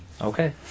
Okay